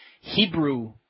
Hebrew